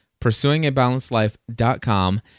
pursuingabalancedlife.com